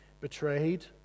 betrayed